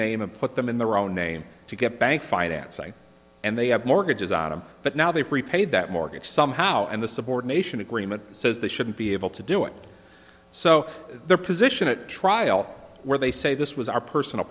name and put them in their own name to get bank financing and they have mortgages on them but now they've repaid that mortgage somehow and the subordination agreement says they shouldn't be able to do it so their position at trial where they say this was our personal